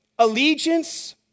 allegiance